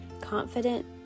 confident